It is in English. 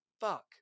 fuck